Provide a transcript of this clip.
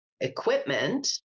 equipment